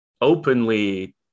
openly